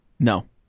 No